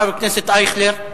חבר הכנסת ישראל אייכלר.